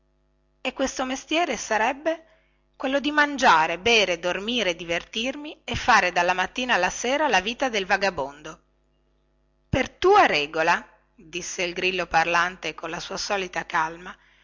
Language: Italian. e questo mestiere sarebbe quello di mangiare bere dormire divertirmi e fare dalla mattina alla sera la vita del vagabondo per tua regola disse il grillo parlante con la sua solita calma